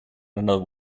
another